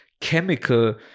chemical